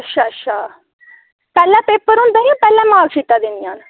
अच्छा अच्छा पैह्लें पेपर होंदे जां पैह्लें मार्कशीटां देनियां